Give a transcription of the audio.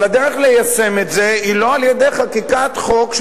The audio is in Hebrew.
אבל הדרך ליישם את זה היא לא דרך חקיקת חוק,